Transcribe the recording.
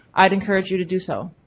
i'd encourage you to do so.